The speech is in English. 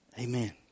Amen